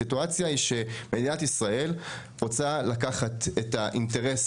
הסיטואציה היא שמדינת ישראל רוצה לקחת את האינטרס